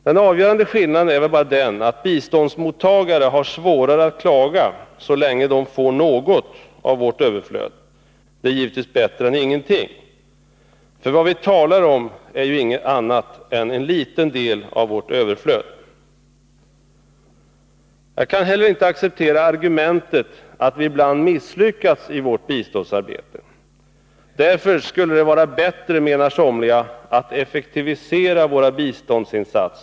Den avgörande skillnaden är väl bara den att biståndsmottagare har svårare att klaga så länge de får något av vårt överflöd. Det är givetvis bättre än ingenting, för vad vi talar om är ju inget annat än en liten del av vårt överflöd. Jag kan inte heller acceptera argumentet att vi ibland misslyckats i vårt biståndsarbete och att det därför, enligt somliga, skulle vara bättre att vi effektiviserar våra biståndsinsatser.